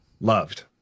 loved